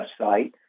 website